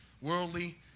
Worldly